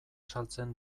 saltzen